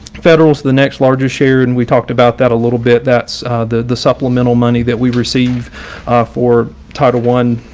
federal is the next largest share, and we talked about that a little bit. that's the the supplemental money that we received for title one.